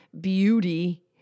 beauty